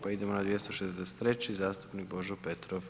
Pa idemo na 263. zastupnik Božo Petrov.